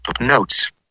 Notes